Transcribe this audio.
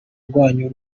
rwanyu